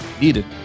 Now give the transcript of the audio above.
needed